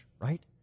Right